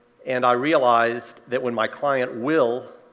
and i realized that when my client, will,